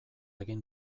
egin